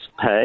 pay